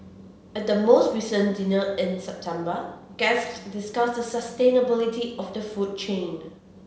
at the most recent dinner in September guests discussed the sustainability of the food chain